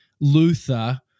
Luther